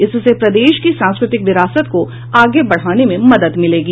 इससे प्रदेश की सांस्कृतिक विरासत को आगे बढ़ाने में मदद मिलेगी